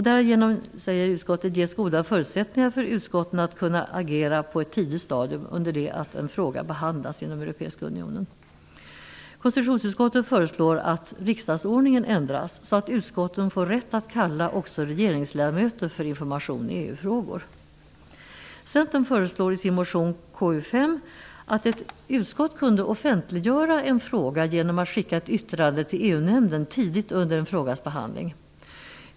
Därigenom ges goda förutsättningar för utskotten att kunna agera på ett tidigt stadium under det att en fråga behandlas inom Konstitutionsutskottet föreslår att riksdagsordningen ändras så, att utskotten får rätt att kalla också regeringsledamöter för information i EU Centern föreslår i sin motion K5 att ett utskott kunde offentliggöra en fråga genom att skicka ett yttrande till EU-nämnden tidigt under en frågas behandling.